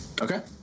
Okay